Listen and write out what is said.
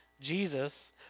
Jesus